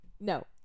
No